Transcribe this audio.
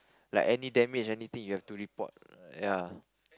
like any damage anything you have to report ya